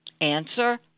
Answer